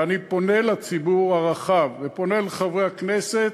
ואני פונה לציבור ופונה לחברי הכנסת: